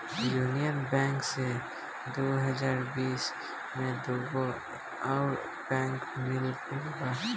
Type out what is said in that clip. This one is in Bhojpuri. यूनिअन बैंक से दू हज़ार बिस में दूगो अउर बैंक मिल गईल सन